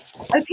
okay